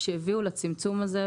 שהביאו לצמצום הזה,